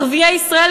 ערביי ישראל,